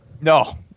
No